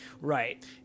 Right